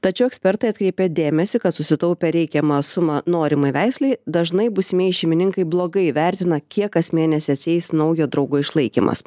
tačiau ekspertai atkreipia dėmesį kad susitaupę reikiamą sumą norimai veislei dažnai būsimieji šeimininkai blogai vertina kiek kas mėnesį atsieis naujo draugo išlaikymas